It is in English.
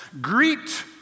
greet